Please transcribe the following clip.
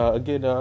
again